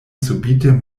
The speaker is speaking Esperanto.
subite